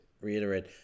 reiterate